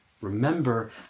Remember